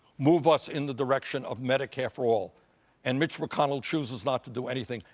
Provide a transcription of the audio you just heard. move us in the direction of medicare for all and mitch mcconnell chooses not to do anything,